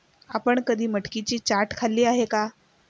आपण कधी मटकीची चाट खाल्ली आहे का?